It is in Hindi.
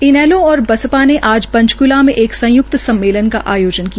इनेलो और बसपा ने आज पंचकूला में एक संय्क्त सम्मेलन का आयोजन किया